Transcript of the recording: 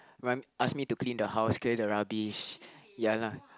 remind ask me to clean the house clear the rubbish